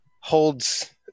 holds